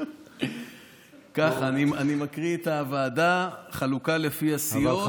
אני מקריא את הוועדה בחלוקה לפי הסיעות.